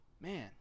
man